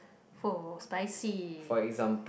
!woah! spicy